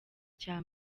cya